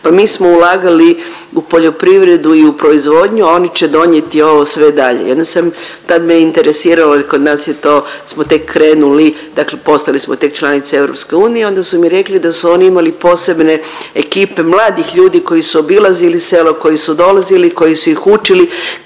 pa mi smo ulagali u poljoprivredu i u proizvodnju a oni će donijeti ovo sve dalje. I onda sam, tad me interesiralo jer kod nas je to, smo tek krenuli, dakle postali smo tek članica EU i onda su mi rekli da su oni imali posebne ekipe mladih ljudi koji su obilazili selo, koji su dolazili, koji su ih učili